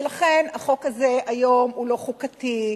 ולכן החוק הזה היום הוא לא חוקתי,